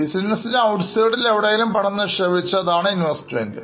ബിസിനസിന് ഔട്ട് സൈഡിൽ എവിടെയെങ്കിലും പണം നിക്ഷേപിച്ചാൽ അതാണ് ഇൻവെസ്റ്റ്മെൻറ്